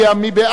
מי בעד?